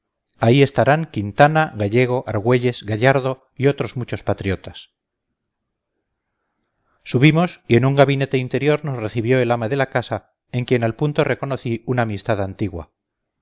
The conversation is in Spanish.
ahí estarán quintana gallego argüelles gallardo y otros muchos patriotas subimos y en un gabinete interior nos recibió el ama de la casa en quien al punto reconocí una amistad antigua